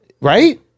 Right